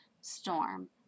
storm